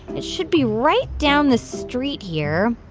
it should be right down the street here.